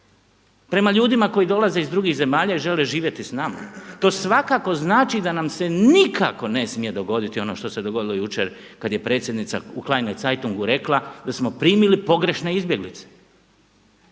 prema ljudima koji dolaze iz drugih zemalja i žele živjeti s nama. To svakako znači da nam se nikako ne smije dogoditi ono što se dogodilo jučer kad je predsjednica u Kleine Zeitungu rekla da smo primili pogrešne izbjeglice.